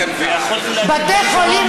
בתי חולים,